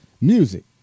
music